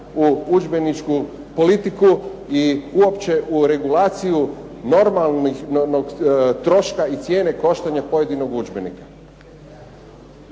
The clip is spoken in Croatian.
u udžbeničku politiku i uopće u regulacije normalnih troškova i cijene koštanja pojedinog udžbenika.